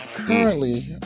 Currently